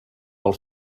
pel